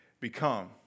become